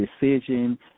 decision